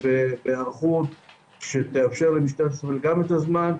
בהערכות שתאפשר למשטרת ישראל גם את הזמן,